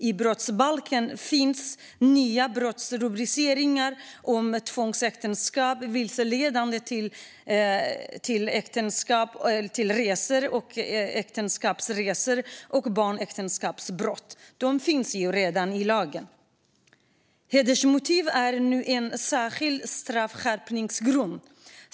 I brottsbalken finns brottsrubriceringar om tvångsäktenskap, vilseledande till äktenskapsresa och barnäktenskapsbrott. De finns redan i lagen. Hedersmotiv blir nu en särskild straffskärpningsgrund.